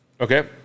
okay